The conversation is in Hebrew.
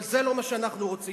אבל זה לא מה שאנחנו רוצים.